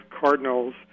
cardinals